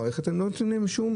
נותנים להם שום